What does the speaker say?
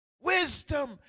Wisdom